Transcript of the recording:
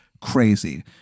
crazy